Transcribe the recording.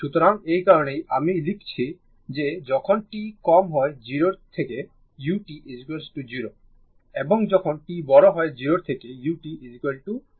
সুতরাং এই কারণেই আমি লিখছি যে যখন t কম হয় 0 এর থেকে u 0 এবং যখন t বড় হয় 0 এর থেকে u 1 হবে